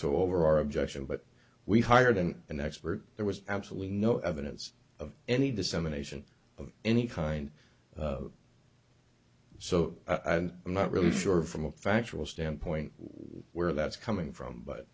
so over our objection but we hired an an expert there was absolutely no evidence of any dissemination of any kind so i'm not really sure from a factual standpoint where that's coming from but